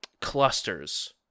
clusters